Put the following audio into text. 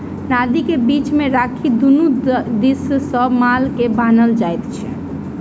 नादि के बीच मे राखि दुनू दिस सॅ माल के बान्हल जाइत छै